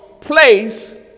place